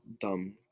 dumb